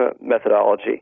methodology